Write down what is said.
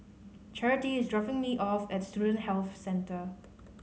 Charity is dropping me off at Student Health Centre